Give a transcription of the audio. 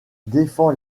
défend